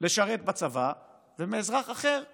לשרת בצבא ומאזרח אחר לא,